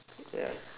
ya